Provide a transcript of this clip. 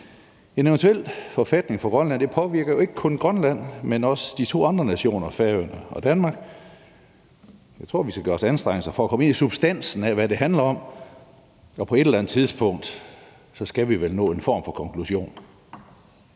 En eventuel forfatning for Grønland påvirker jo ikke kun Grønland, men også de to andre nationer, Færøerne og Danmark. Jeg tror, vi skal gøre os anstrengelser for at komme ind i substansen af, hvad det handler om, og på et eller andet tidspunkt skal vi vel nå frem til en form for konklusion.